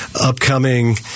upcoming